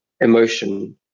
emotion